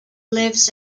lives